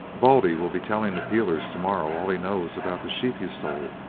baldy will be telling the peelers to-morrow all he knows about the sheep you stole,